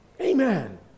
Amen